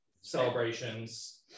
celebrations